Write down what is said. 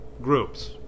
groups